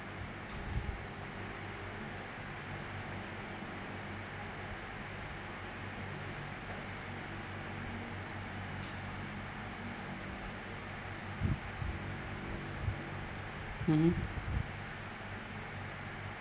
mmhmm